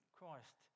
Christ